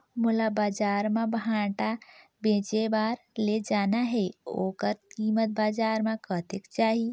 मोला बजार मां भांटा बेचे बार ले जाना हे ओकर कीमत बजार मां कतेक जाही?